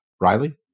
riley